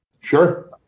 Sure